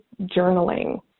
journaling